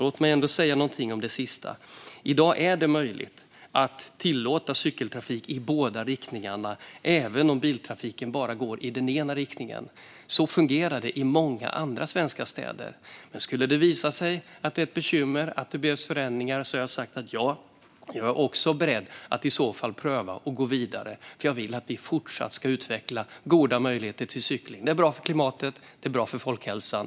Låt mig ändå säga något om regelverk. I dag är det möjligt att tillåta cykeltrafik i båda riktningarna, även om biltrafiken går i bara den ena riktningen. Så fungerar det i många andra svenska städer. Om det skulle visa sig att det är ett bekymmer och att det behövs förändringar har jag sagt att jag också är beredd att pröva att gå vidare. Jag vill att vi ska fortsätta att utveckla goda möjligheter för cykling. Det är bra för klimatet, och det är bra för folkhälsan.